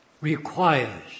requires